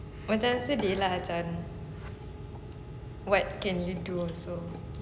macam sedih lah macam what can you do also